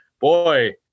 boy